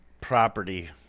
property